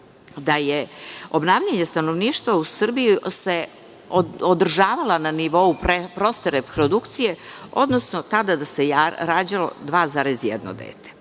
da se obnavljanje stanovništva u Srbiji održavalo na nivou proste reprodukcije, odnosno da se tada rađalo 2,1 dete.